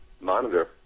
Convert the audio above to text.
monitor